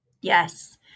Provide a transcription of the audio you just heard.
Yes